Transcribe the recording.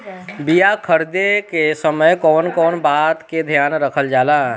बीया खरीदे के समय कौन कौन बात के ध्यान रखल जाला?